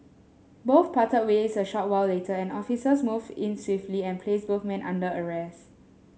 both parted ways a short while later and officers moved in swiftly and placed both men under arrest